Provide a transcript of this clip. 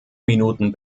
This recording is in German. minuten